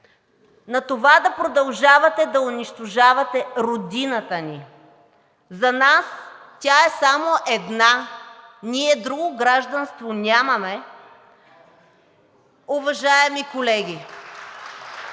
на това да продължавате да унищожавате родината ни. За нас тя е само една. Ние друго гражданство нямаме, уважаеми колеги.